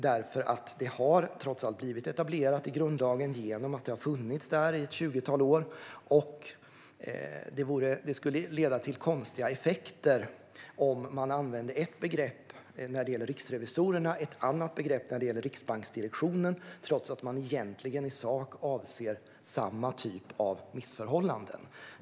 Det har trots allt blivit etablerat i grundlagen genom att det har funnits där i ett tjugotal år, och det skulle leda till konstiga effekter om man använder ett begrepp när det gäller riksrevisorerna och ett annat när det gäller riksbanksdirektionen när man i sak avser samma typ av missförhållanden.